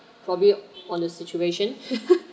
for me on the situation